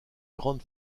grande